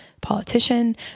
politician